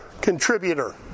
contributor